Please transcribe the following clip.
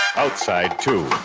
outside too,